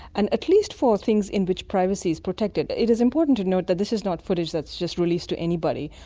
and at least for things in which privacy is protected. it is important to note that this is not footage is just released to anybody,